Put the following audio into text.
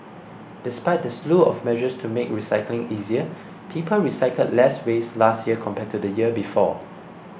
despite the slew of measures to make recycling easier people recycled less waste last year compared to the year before